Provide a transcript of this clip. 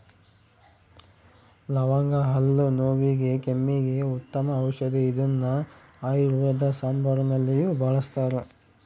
ಲವಂಗ ಹಲ್ಲು ನೋವಿಗೆ ಕೆಮ್ಮಿಗೆ ಉತ್ತಮ ಔಷದಿ ಇದನ್ನು ಆಯುರ್ವೇದ ಸಾಂಬಾರುನಲ್ಲಿಯೂ ಬಳಸ್ತಾರ